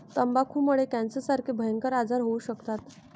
तंबाखूमुळे कॅन्सरसारखे भयंकर आजार होऊ शकतात